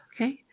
Okay